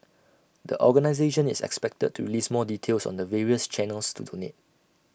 the organisation is expected to release more details on the various channels to donate